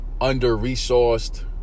Under-resourced